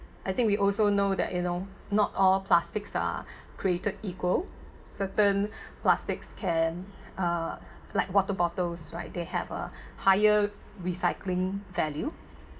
I think we also know that you know not all plastics are created equal certain plastics can uh like water bottles right they have a higher recycling value